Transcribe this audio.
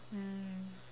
mm